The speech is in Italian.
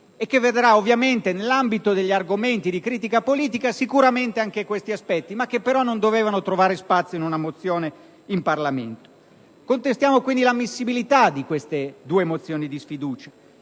e che vedrà, nell'ambito degli argomenti di critica politica, sicuramente anche questi aspetti, che però non dovevano trovare spazio in una mozione in Parlamento. Contestiamo quindi l'ammissibilità di queste due mozioni di sfiducia,